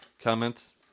comments